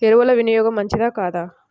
ఎరువుల వినియోగం మంచిదా కాదా?